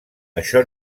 això